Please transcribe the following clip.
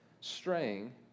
straying